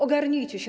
Ogarnijcie się.